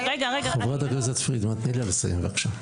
חברת הכנסת פרידמן, תני לה לסיים, בבקשה.